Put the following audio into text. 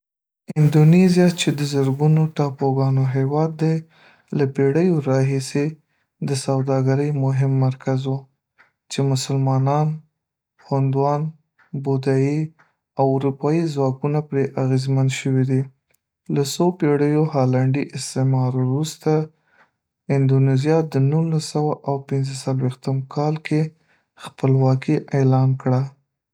اندونیزیا، چې د زرګونو ټاپوګانو هېواد دی، له پېړیو راهیسې د سوداګرۍ مهم مرکز و، چې مسلمان، هندوان، بودایي او اروپایي ځواکونه پرې اغېزمن شوي دي. له څو پېړیو هالنډي استعمار وروسته، اندونیزیا د نولس سوه او پنځه څلویښتم کال کې خپلواکي اعلان کړه.